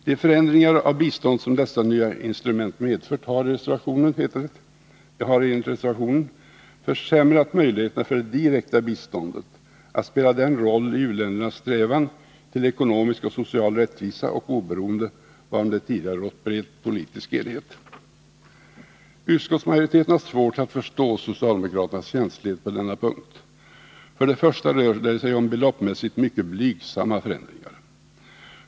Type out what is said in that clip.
De förändringar av biståndet som dessa nya instrument medfört har, enligt reservationen, försämrat möjligheterna för det direkta biståndet att spela den roll i u-ländernas strävan till ekonomisk och social rättvisa och oberoende, varom det tidigare rått bred politisk enighet. Utskottsmajoriteten har svårt att förstå socialdemokraternas känslighet på denna punkt. För det första rör det sig om beloppsmässigt mycket blygsamma förändringar.